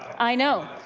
i know.